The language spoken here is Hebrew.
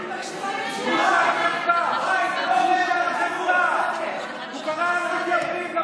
הוא קרא לנו "מתייוונים".